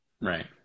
Right